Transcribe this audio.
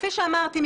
וכפי שאמרתי,